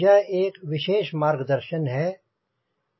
यह एक विशेष मार्गदर्शन है